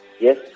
Yes